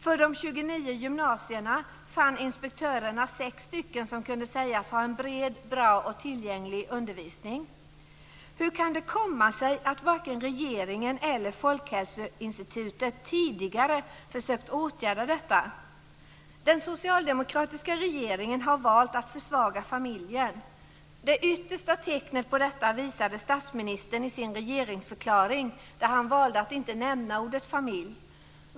För de 29 gymnasierna fann inspektörerna 6 som kunde sägas ha en bred, bra och tillgänglig undervisning. Folkhälsoinstitutet tidigare försökt åtgärda detta? Den socialdemokratiska regeringen har valt att försvaga familjen. Det yttersta tecknet på detta visade statsministern i sin regeringsförklaring, där han valde att inte nämna ordet familj.